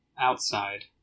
outside